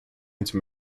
into